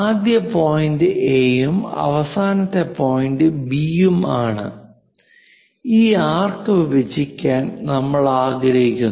ആദ്യ point A ഉം അവസാന പോയിന്റ് B ഉം ആണ് ഈ ആർക്ക് വിഭജിക്കാൻ നമ്മൾ ആഗ്രഹിക്കുന്നു